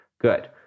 Good